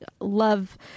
love